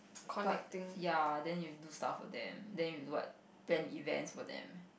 but ya then you do stuff for them then you do what plan events for them